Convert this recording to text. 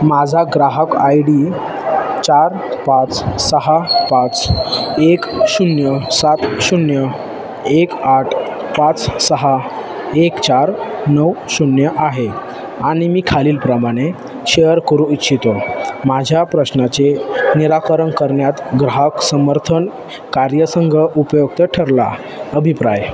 माझा ग्राहक I D चार पाच सहा पाच एक शून्य सात शून्य एक आठ पाच सहा एक चार नऊ शून्य आहे आणि मी खालील प्रमाणे शेअर करू इच्छितो माझ्या प्रश्नाचे निराकरण करण्यात ग्राहक समर्थन कार्यसंघ उपयुक्त ठरला अभिप्राय